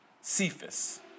Cephas